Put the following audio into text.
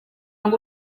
ngo